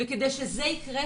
כדי שזה יקרה,